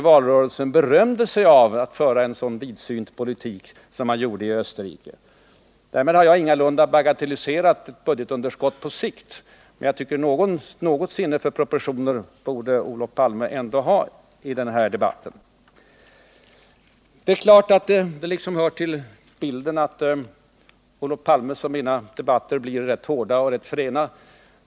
i valrörelsen berömt sig av att föra en sådan vidsynt politik i Österrike. Därmed har jag ingalunda bagatelliserat ett budgetunderskott på sikt, men jag tycker att något sinne för proportioner borde Olof Palme ändå ha i den här debatten. Det liksom hör till bilden att debatterna mellan Olof Palme och mig blir rätt hårda och fräna.